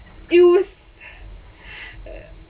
it was